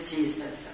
Jesus